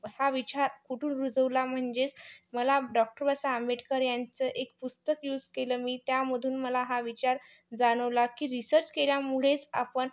हा विचार कुठून रुजवला म्हणजेच मला डॉक्टर बाबासा आंबेडकर यांचं एक पुस्तक यूज केलं मी त्यामधून मला हा विचार जाणवला की रिसर्च केल्यामुळेच आपण